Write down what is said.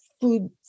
food